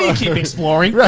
keep exploring? dora,